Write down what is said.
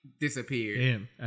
disappeared